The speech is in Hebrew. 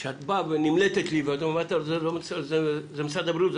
כשאת נמלטת ואומרת זה משרד הבריאות,